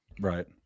Right